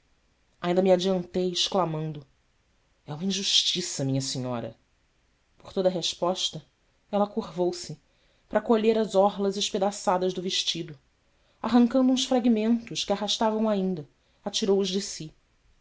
ainda me adiantei exclamando é uma injustiça minha senhora por toda resposta ela curvou-se para colher as orlas espedaçadas do vestido arrancando uns fragmentos que arrastavam ainda atirou os de si